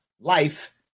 Life